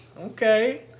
Okay